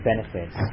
benefits